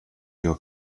your